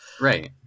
Right